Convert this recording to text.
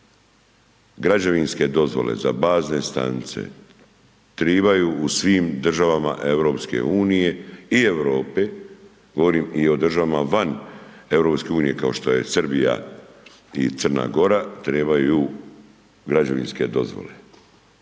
Građevinske dozvole za bazne stanice tribaju u svim državama EU i Europe, govorim i o državama vam EU kao što je Srbija i Crna Gora trebaju građevinske dozvole.